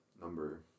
number